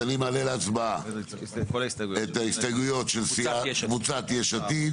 אז אני מעלה להצבעה את הסתייגויות קבוצת "יש עתיד".